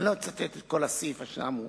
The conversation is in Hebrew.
לא אצטט את כל הסעיף, השעה מאוחרת.